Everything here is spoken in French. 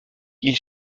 ils